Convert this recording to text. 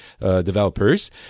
developers